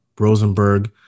Rosenberg